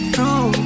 True